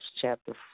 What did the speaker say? chapter